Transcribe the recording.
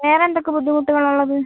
വേറെ എന്തൊക്കെ ബുദ്ധിമുട്ടുകളാണ് ഉള്ളത്